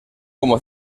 como